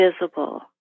visible